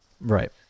Right